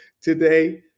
today